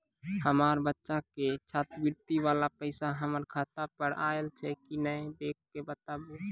हमार बच्चा के छात्रवृत्ति वाला पैसा हमर खाता पर आयल छै कि नैय देख के बताबू?